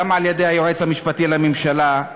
גם על-ידי היועץ המשפטי לממשלה,